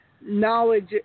Knowledge